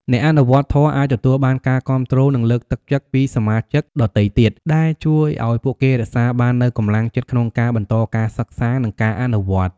អ្នកអនុវត្តធម៌អាចទទួលបានការគាំទ្រ និងលើកទឹកចិត្តពីសមាជិកដទៃទៀត ដែលជួយឱ្យពួកគេរក្សាបាននូវកម្លាំងចិត្តក្នុងការបន្តការសិក្សា និងការអនុវត្ត។